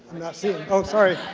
not seeing, oh sorry.